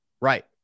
right